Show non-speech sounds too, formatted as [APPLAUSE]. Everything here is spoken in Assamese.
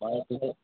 [UNINTELLIGIBLE]